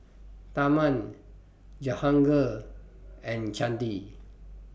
Tharman Jehangirr and Chandi